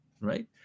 Right